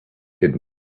hidden